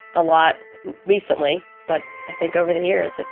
a lot recently, but i think over the years,